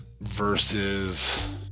versus